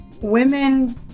women